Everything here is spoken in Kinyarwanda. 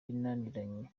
binaniranye